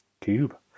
cube